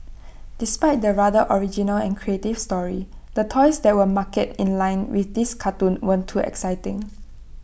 despite the rather original and creative story the toys that were marketed in line with this cartoon weren't too exciting